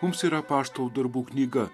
mums yra apaštalų darbų knyga